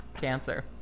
cancer